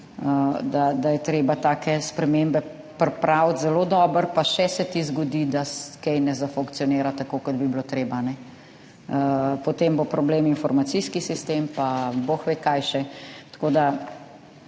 da je treba take spremembe pripraviti zelo dobro, pa še se ti zgodi, da kaj ne zafunkcionira tako, kot bi bilo treba. Potem bo problem informacijski sistem pa bog ve, kaj še.